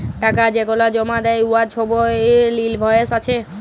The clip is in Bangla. টাকা যেগলাল জমা দ্যায় উয়ার ছবই ইলভয়েস আছে